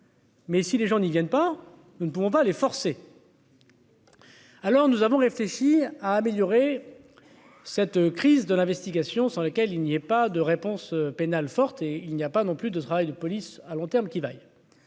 Mais si les gens n'y viennent pas, nous ne pouvons pas les forcer. Alors nous avons réfléchi à améliorer cette crise de l'investigation, sans lequel il n'y ait pas de réponse pénale forte et il n'y a pas non plus de travail de police à long terme qui vaille,